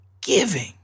giving